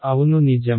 అవును నిజం